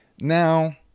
Now